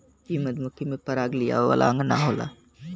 इ मधुमक्खी में पराग लियावे वाला अंग ना होला